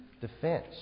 defense